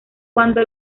cuando